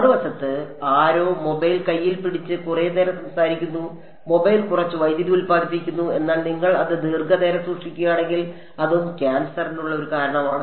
മറുവശത്ത് ആരോ മൊബൈൽ കൈയ്യിൽ പിടിച്ച് കുറേനേരം സംസാരിക്കുന്നു മൊബൈൽ കുറച്ച് വൈദ്യുതി ഉൽപ്പാദിപ്പിക്കുന്നു എന്നാൽ നിങ്ങൾ അത് ദീർഘനേരം സൂക്ഷിക്കുകയാണെങ്കിൽ അതും ക്യാൻസറിനുള്ള ഒരു കാരണമാണ്